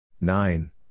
nine